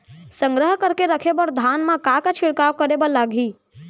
संग्रह करके रखे बर धान मा का का छिड़काव करे बर लागही?